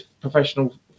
professional